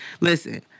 listen